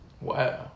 Wow